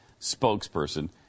spokesperson